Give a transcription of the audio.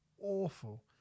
awful